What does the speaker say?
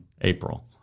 April